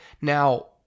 Now